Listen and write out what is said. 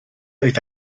oedd